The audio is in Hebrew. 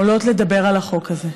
עולות לדבר על החוק הזה.